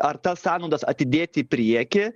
ar tas sąnaudas atidėti į priekį